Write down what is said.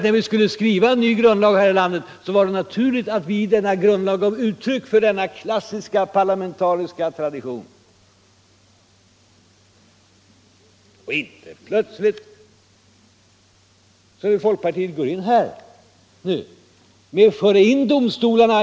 När vi skulle skriva en ny grundlag här i landet var det naturligt att vi i denna grundlag gav uttryck för denna klassiska parlamentariska tradition. Vi kan nu inte plötsligt — som folkpartiet går in för — ge makt åt domstolarna.